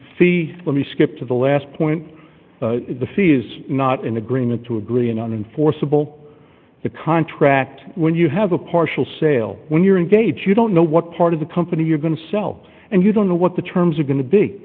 fee let me skip to the last point the fee is not in agreement to agree on enforceable the contract when you have a partial sale when you're engaged you don't know what part of the company you're going to sell and you don't know what the terms are going to be